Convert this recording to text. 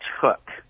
took